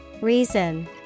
Reason